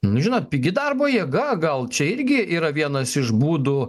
nu žinot pigi darbo jėga gal čia irgi yra vienas iš būdų